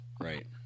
right